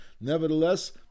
Nevertheless